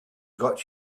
got